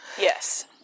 Yes